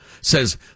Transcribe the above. says